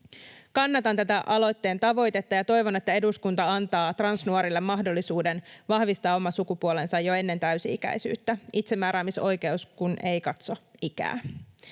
Kannatan tätä aloitteen tavoitetta ja toivon, että eduskunta antaa transnuorille mahdollisuuden vahvistaa oma sukupuolensa jo ennen täysi-ikäisyyttä — itsemääräämisoikeus kun ei katso ikää.